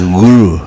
guru